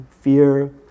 fear